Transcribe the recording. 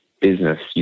business